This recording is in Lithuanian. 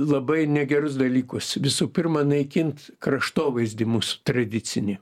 labai negerus dalykus visų pirma naikint kraštovaizdį mūsų tradicinį